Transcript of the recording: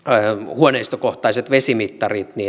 huoneistokohtaiset vesimittarit